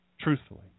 truthfully